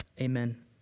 Amen